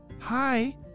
Hi